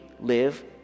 live